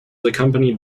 accompanied